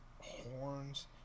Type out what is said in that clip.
horns